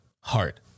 heart